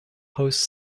hosts